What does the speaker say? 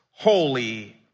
Holy